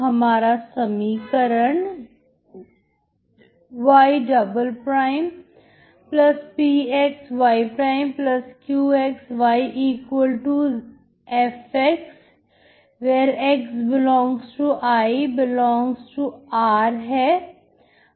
हमारा समीकरण ypx yqxyfx x∈ICR है